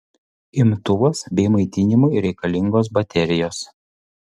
imtuvas bei maitinimui reikalingos baterijos